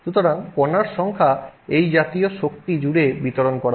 সুতরাং কণার সংখ্যা এই জাতীয় শক্তি জুড়ে বিতরণ করা হয়